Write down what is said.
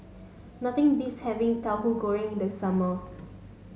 nothing beats having Tahu Goreng in the summer